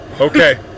Okay